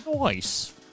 Nice